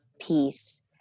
peace